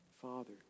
Father